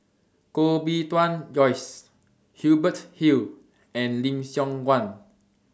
Koh Bee Tuan Joyce Hubert Hill and Lim Siong Guan